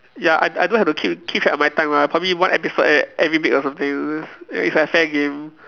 ya I I don't have to keep keep track off my time ah I probably one episode ev~ every week or something it's like fair game